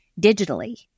digitally